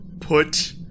Put